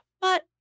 but-